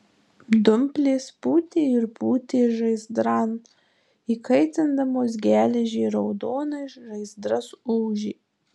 dumplės pūtė ir pūtė žaizdran įkaitindamos geležį raudonai žaizdras ūžė